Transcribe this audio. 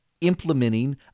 implementing